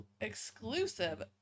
exclusive